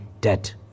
debt